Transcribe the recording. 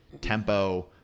tempo